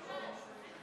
אני כאן.